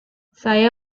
saya